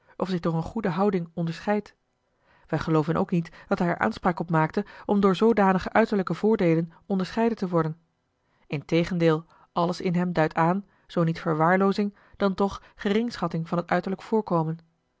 of zich door eene goede houding onderscheidt wij gelooven ook niet dat hij er aanspraak op maakte om door zoodanige uiterlijke voordeelen onderscheiden te worden integendeel alles in hem duidt aan zoo niet verwaarloozing dan toch geringschatting van het uiterlijk voorkomen